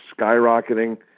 skyrocketing